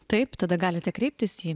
taip tada galite kreiptis į